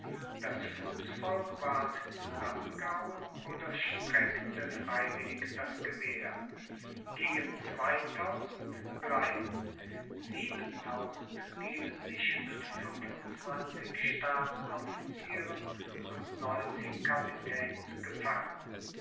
das fußvolk ward zusammengehauen oder streckte freiwillig das gewehr gegen zweitausend bleiben siebentausend geben sich mit fünfundzwanzig stabsofficieren und neunzig capitäns gefangen